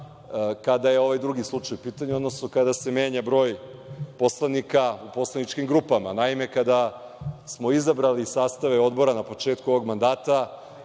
kada je ovaj drugi slučaj u pitanju, odnosno kada se menja broj poslanika u poslaničkim grupama. Naime, kada smo izabrali sastave odbora na početku ovog mandata